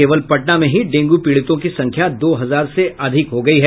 केवल पटना में ही डेंगू पीड़ितों की संख्या दो हजार से अधिक हो गयी है